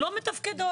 לא מתפקדות.